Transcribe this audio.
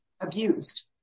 abused